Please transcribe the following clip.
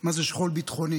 מה זה שכול ביטחוני,